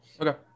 Okay